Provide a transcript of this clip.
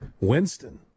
Winston